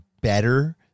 better